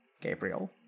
gabriel